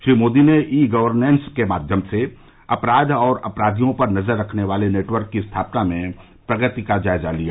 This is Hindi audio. श्री मोदी ने ई गवर्नेस के माध्यम से अपराध और अपराधियों पर नजर रखने वाले नेटवर्क की स्थापना में प्रगति का जायजा लिया